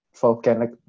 volcanic